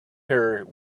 her